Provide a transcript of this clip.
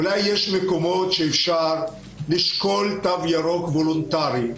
אולי יש מקומות שאפשר לשקול תו ירוק וולונטרי,